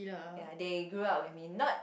ya they grew up with me not